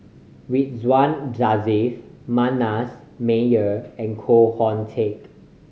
Ridzwan Dzafir Manasseh Meyer and Koh Hoon Teck